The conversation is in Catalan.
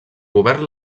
govern